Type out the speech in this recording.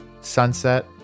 sunset